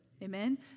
Amen